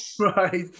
Right